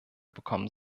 bekommen